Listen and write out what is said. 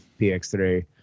PX3